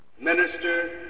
minister